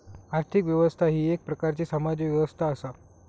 आर्थिक व्यवस्था ही येक प्रकारची सामाजिक व्यवस्था असा